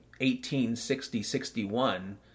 1860-61